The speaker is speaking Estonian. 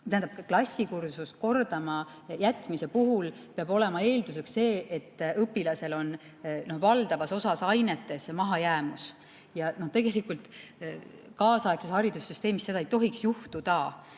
Tähendab, klassikursust kordama jätmise puhul peab olema eelduseks see, et õpilasel on valdavas osas ainetes mahajäämus. Tegelikult kaasaegses haridussüsteemis seda ei tohiks juhtuda,